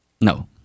No